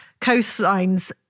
coastlines